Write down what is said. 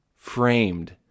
framed